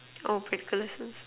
oh break lesson